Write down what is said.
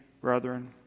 brethren